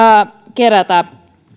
kerätä